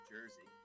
Jersey